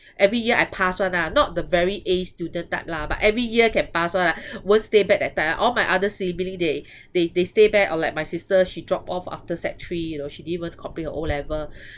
every year I pass [one] lah not the very A student type lah but every year can pass [one] lah won't stay back that type ah all my other sibling they they they stay back or like my sister she drop off after sec three you know she didn't even complete her O-level